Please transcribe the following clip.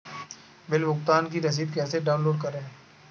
Bill भुगतान की रसीद कैसे डाउनलोड करें?